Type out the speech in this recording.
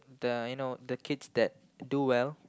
the you know the kids that do well